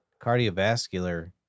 cardiovascular